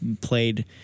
played